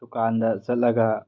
ꯗꯨꯀꯥꯟꯗ ꯆꯠꯂꯒ